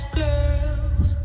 girls